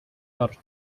torque